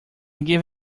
gave